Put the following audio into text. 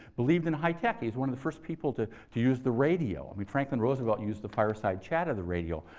believed in high tech. he was one of the first people to to use the radio. and franklin roosevelt used the fireside chat of the radio.